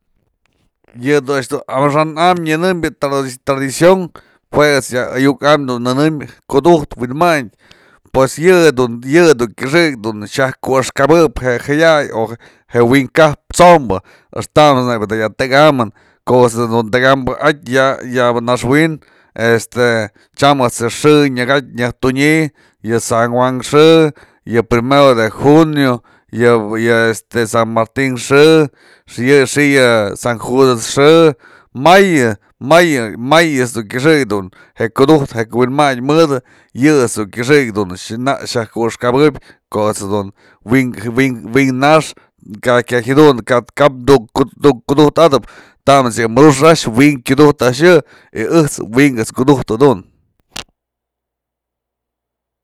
yë du a'ax du amaxa'an am nyänëmbyë tradicion jue ëjt's ya ayu'u am du nënëm kudujtë wynmandy pues yë dun këxëk xaj ku a'axkapëp je jaya'ay o je wi'in kajptë t'sombë a'axtamëts nebya da ya tekamën ko'o ëjt's dun tekambë atyë adayaba naxwin este tyam ëjt's je xi'i nyak jatyë nyaj tunyë yë san juan xë, yë primero de junio, yë este san martin xë, xi'i yë san judas xë, mayë, mayë may ejt's dun kyëxëk je kudujtë je wi'inmany mëdë yë ejt's dun kyëxëk dun nak xyak ku ëxkapëp ko'o ejt's dun wi'in nax kya jadunë kap tyukudujtëp, tamët's yë muru'ux a'axë wi'in kyudujtë a'axë yë y ejt's wi'in ejt's kudujtë jadun.